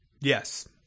Yes